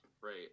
Right